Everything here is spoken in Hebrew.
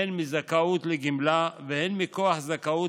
הן מזכאות לגמלה והן מכוח זכאות